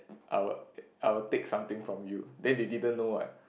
I will I will take something from you then they didn't know what